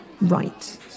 right